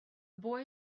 boy